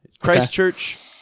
Christchurch